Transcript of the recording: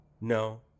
No